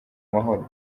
mahoro